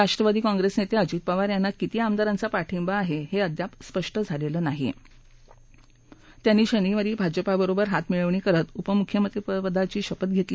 राष्ट्रवादी काँग्रेसे नेते अजित पवार यांना किती आमदारांचा पाठिंबा आहे हे अद्याप स्पष्ट झालेलं नाही त्यांनी शनिवारी भाजपाबरोबर हात मिळवणी करत उपमुख्यमंत्री पदाची शपथ घेतली